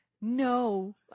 No